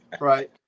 Right